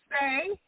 say